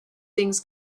things